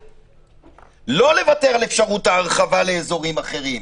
לא לוותר על אפשרות ההרחבה לאזורים אחרים,